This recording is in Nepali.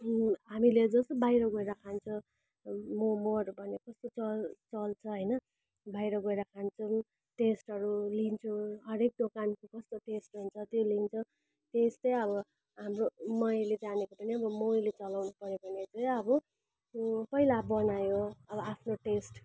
हामीले जस्तो बाहिर गएर खान्छौँ मोमोहरू भने कस्तो चल चल्छ होइन बाहिर गएर खान्छौँ टेस्टहरू लिन्छौँ हरेक दोकानको कस्तो टेस्ट हुन्छ त्यो लिन्छौँ त्यस्तै अब हाम्रो मैले जानेको त मैले चलाउनुपर्यो भने चाहिँ अब पहिला बनायो अब आफ्नो टेस्ट